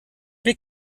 wie